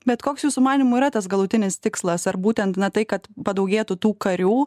bet koks jūsų manymu yra tas galutinis tikslas ar būtent tai kad padaugėtų tų karių